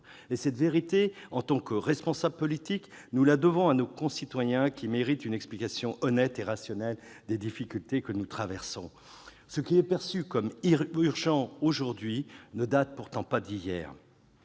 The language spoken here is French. Et cette vérité, en tant que responsables politiques, nous la devons à nos concitoyens, qui méritent une explication honnête et rationnelle des difficultés que nous traversons. Ce qui est perçu comme urgent aujourd'hui ne date pourtant pas d'hier.